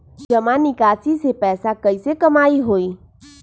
जमा निकासी से पैसा कईसे कमाई होई?